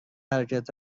حرکت